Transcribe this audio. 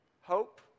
Hope